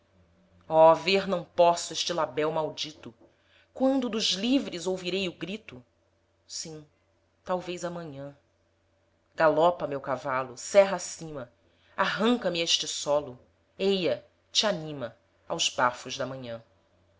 ver não posso este labéu maldito quando dos livres ouvirei o grito sim talvez amanhã galopa meu cavalo serra acima arranca me a este solo eia te anima aos bafos da manhã